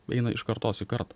eina iš kartos į kartą